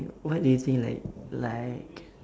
what do you think like like